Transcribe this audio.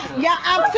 yeah?